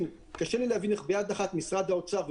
קשה לי להבין איך ביד אחת משרד האוצר,